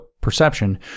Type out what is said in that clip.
perception